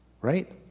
right